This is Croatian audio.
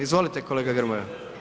Izvolite kolega Grmoja.